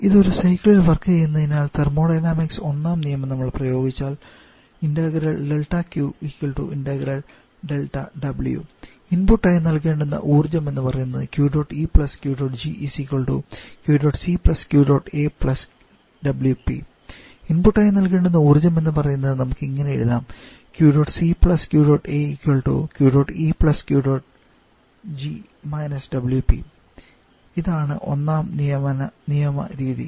ഇത് ഒരു സൈക്കിളിൽ വർക്ക് ചെയ്യുന്നതിനാൽ തെർമോഡൈനാമിക്സ് ഒന്നാം നിയമം നമ്മൾ പ്രയോഗിച്ചാൽ ഇൻപുട്ട് ആയി നൽകേണ്ടുന്ന ഊർജ്ജം എന്നു പറയുന്നത് ഇൻപുട്ട് ആയി നൽകേണ്ടുന്ന ഊർജ്ജം എന്നു പറയുന്നത് നമുക്ക് ഇങ്ങനെ എഴുതാം ഇതാണ് ഒന്നാം നിയമ രീതി